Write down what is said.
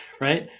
right